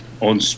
on